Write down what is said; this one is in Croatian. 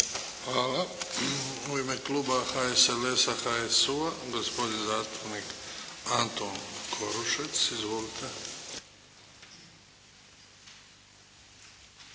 Hvala. U ime kluba HSLS-a, HSU-a, gospodin zastupnik Antun Korušec. Izvolite.